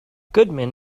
goodman